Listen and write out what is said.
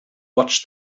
watch